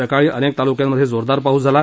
सकाळी अनेक तालुक्यांत जोरदार पाऊस झाला